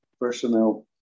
personnel